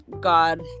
god